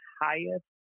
highest